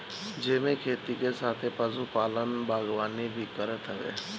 जेमे खेती के साथे पशुपालन, बागवानी भी करत हवे